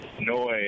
noise